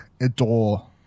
adore